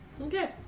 Okay